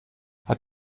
hat